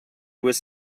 was